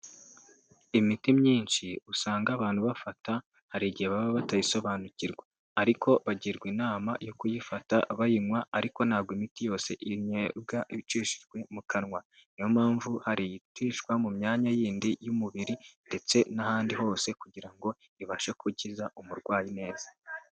Imiti myinshi usanga abantu bafata hari igihe baba batayisobanukirwa ariko bagirwa inama yo kuyifata bayinywa ariko ntabwo imiti yose inywebwa ibicishijwe mu kanwa niyo mpamvu hari icishwa mu myanya yindi y'umubiri ndetse n'ahandi hose kugira ngo ibashe gukiza umurwayi neza .